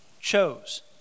chose